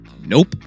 Nope